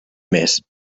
més